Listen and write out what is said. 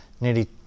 nearly